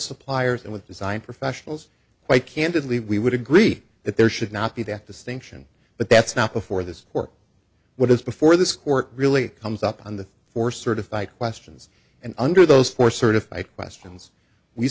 suppliers and with design professionals quite candidly we would agree that there should not be that distinction but that's not before this court what is before this court really comes up on the four certified questions and under those four certified questions we